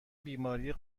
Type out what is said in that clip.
بیماری